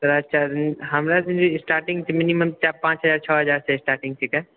तोरा अच्छा रूम हमरा रूमके स्टार्टिंग छै मिनिमम पाँच हजार छओ हजारसँ स्टार्टिंग छीकै